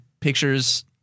pictures